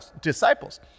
disciples